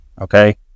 Okay